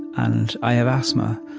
and i have asthma.